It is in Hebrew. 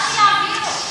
אז שיעבירו.